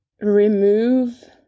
remove